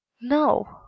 No